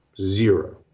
zero